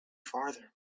farther